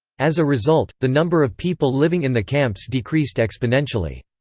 as a result, the number of people living in the camps decreased exponentially.